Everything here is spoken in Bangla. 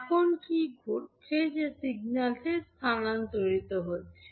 এখন কী ঘটছে যে সিগন্যালটি স্থানান্তরিত হচ্ছে